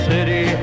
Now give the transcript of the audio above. City